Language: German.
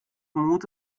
mut